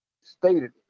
stated